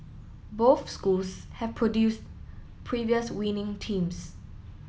both schools have produced previous winning teams